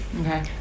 okay